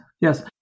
yes